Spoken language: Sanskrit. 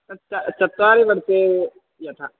तत्च चत्वारि वर्षे यथा